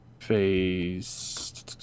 Phase